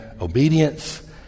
obedience